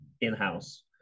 in-house